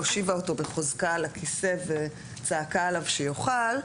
הושיבה אותו בחוזקה על הכיסא וצעקה עליו שיאכל,